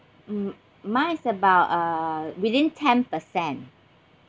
mm mine is about uh within ten percent